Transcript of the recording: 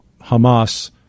Hamas